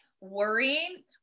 worrying